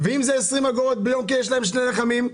או אפילו ה-20 אגורות כי הם צריכים שני לחמים,